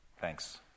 thanks